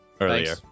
earlier